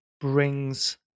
brings